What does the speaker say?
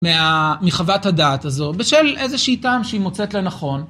מחוות הדעת הזו בשל איזו שיטה שהיא מוצאת לנכון.